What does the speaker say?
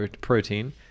protein